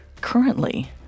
Currently